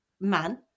man